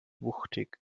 wuchtig